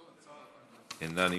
אינה נמצאת,